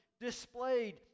displayed